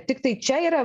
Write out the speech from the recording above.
tiktai čia yra